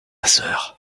sœur